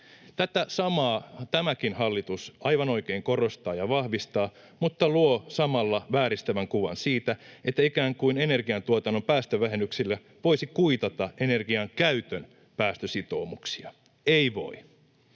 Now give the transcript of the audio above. Tätä samaa tämäkin hallitus aivan oikein korostaa ja vahvistaa mutta luo samalla vääristävän kuvan siitä, että ikään kuin energiantuotannon päästövähennyksillä voisi kuitata energian käytön päästösitoumuksia. Ei voi.